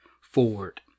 forward